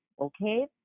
Okay